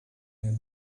near